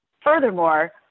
Furthermore